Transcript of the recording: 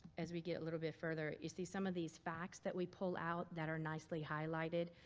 as we get a little bit further. you see some of these facts that we pull out that are nicely highlighted.